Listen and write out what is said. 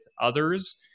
others